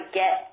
get